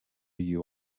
you